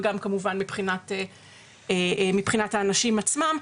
וגם כמובן מבחינת האנשים עצמם,